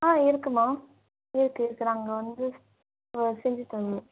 ஆ இருக்குதும்மா இருக்குது இருக்குது நாங்கள் வந்து செஞ்சு தருவோம்